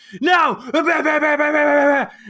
no